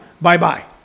Bye-bye